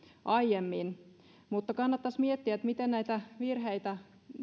aiemmin mutta kannattaisi miettiä miten näitä virheitä